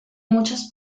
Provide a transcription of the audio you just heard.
muchos